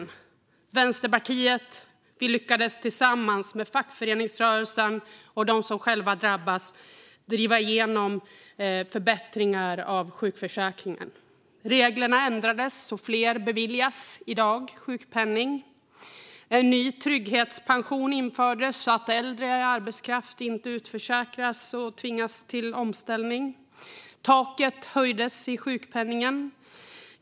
Vi i Vänsterpartiet lyckades tillsammans med fackföreningsrörelsen och dem som själva drabbats driva igenom förbättringar av sjukförsäkringen. Reglerna ändrades, så att fler i dag beviljas sjukpenning. En ny trygghetspension infördes, så att äldre arbetskraft inte utförsäkras och tvingas till omställning. Taket höjdes i sjukpenningen.